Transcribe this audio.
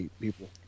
people